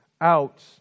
out